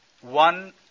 One